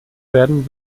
werden